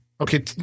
Okay